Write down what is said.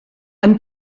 amb